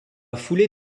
foulée